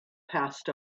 passed